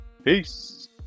Peace